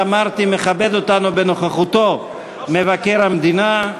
אותנו בנוכחותו מבקר המדינה.